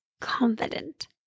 confident